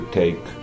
take